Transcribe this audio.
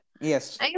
Yes